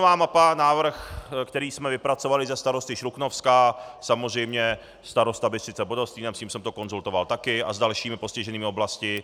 Cenová mapa návrh, který jsme vypracovali se starosty Šluknovska, samozřejmě starosta Bystřice pod Hostýnem, s tím jsem to konzultoval také a s dalšími postiženými oblastmi.